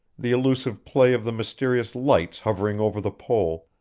the elusive play of the mysterious lights hovering over the pole,